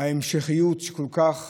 ההמשכיות שכל כך